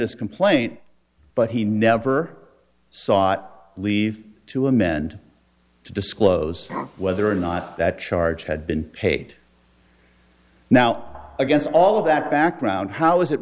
his complaint but he never sought leave to amend to disclose whether or not that charge had been paid now against all of that background how is it